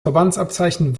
verbandsabzeichen